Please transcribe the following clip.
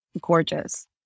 gorgeous